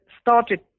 started